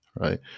Right